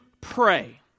pray